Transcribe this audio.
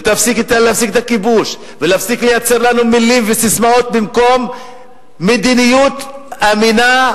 להפסיק את הכיבוש ולהפסיק לייצר לנו מלים וססמאות במקום מדיניות אמינה,